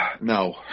No